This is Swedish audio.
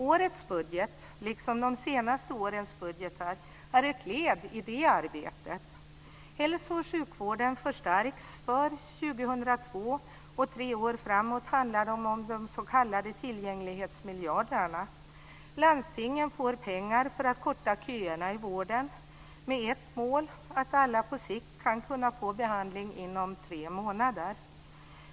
Årets budget, liksom de senaste årens budgetar, är ett led i det arbetet. Hälso och sjukvården förstärks. För 2002 och tre år framåt handlar det om de s.k. tillgänglighetsmiljarderna. Landstingen får pengar för att korta köerna i vården, med ett mål, att alla på sikt ska kunna få behandling inom tre månader.